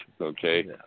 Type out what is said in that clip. okay